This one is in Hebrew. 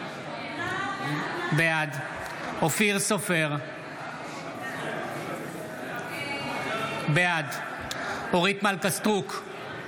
בעד אופיר סופר, בעד אורית מלכה סטרוק,